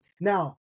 Now